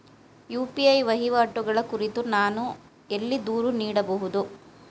UPI ವಹಿವಾಟುಗಳ ಕುರಿತು ನಾನು ಎಲ್ಲಿ ದೂರು ನೀಡಬಹುದು?